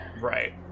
Right